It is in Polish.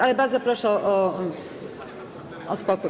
Ale bardzo proszę o spokój.